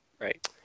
Right